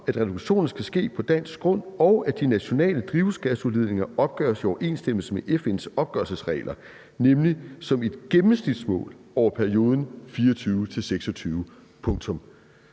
at reduktionerne skal ske på dansk grund, og at de nationale drivhusgasudledninger opgøres i overensstemmelse med FN’s opgørelsesregler. 2025-målet vil blive opgjort som et gennemsnitsmål over perioden 2024-26